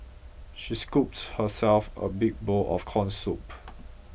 she scooped herself a big bowl of corn soup